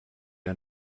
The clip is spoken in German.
ein